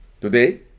Today